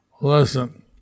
listen